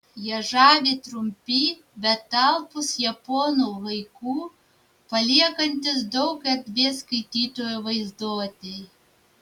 ją žavi trumpi bet talpūs japonų haiku paliekantys daug erdvės skaitytojo vaizduotei